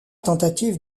tentatives